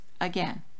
again